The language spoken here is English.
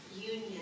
union